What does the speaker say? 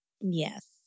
Yes